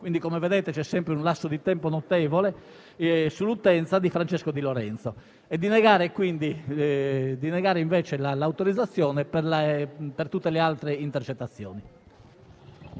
2017 - come vedete, c'è sempre un lasso di tempo notevole - sull'utenza di Francesco Di Lorenzo. Abbiamo quindi ritenuto di negare l'autorizzazione per tutte le altre intercettazioni.